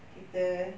kita